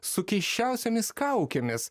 su keisčiausiomis kaukėmis